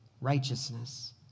righteousness